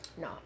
no